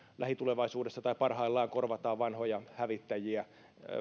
lähitulevaisuudessa tai parhaillaan korvataan vanhoja hävittäjiä